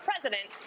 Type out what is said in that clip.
president